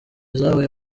zabaye